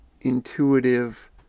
intuitive